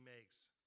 makes